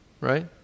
Right